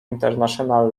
international